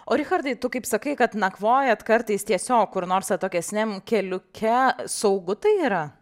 o richardai tu kaip sakai kad nakvojat kartais tiesiog kur nors atokesniam keliuke saugu tai yra